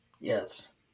Yes